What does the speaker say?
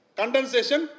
condensation